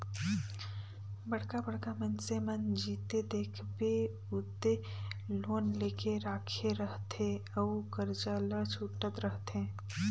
बड़का बड़का मइनसे मन जिते देखबे उते लोन लेके राखे रहथे अउ करजा ल छूटत रहथे